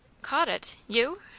caught it? you!